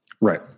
Right